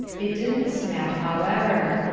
it didn't snap, however.